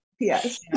Yes